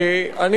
תודה רבה,